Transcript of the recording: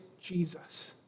Jesus